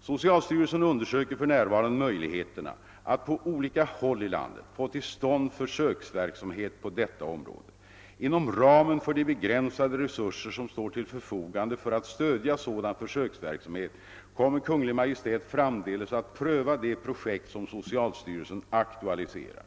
Socialstyrelsen undersöker för mnärvarande möjligheterna att på olika håll i landet få till stånd försöksverksamhet på detta område. Inom ramen för de begränsade resurser som står till förfogande för att stödja sådan försöksverksamhet kommer Kungl. Maj:t framdeles att pröva de projekt som socialstyrelsen aktualiserar.